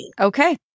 Okay